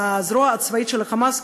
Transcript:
הזרוע הצבאית של ה"חמאס",